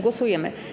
Głosujemy.